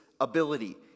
ability